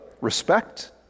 respect